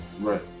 Right